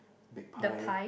big pie